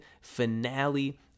finale